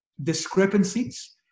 discrepancies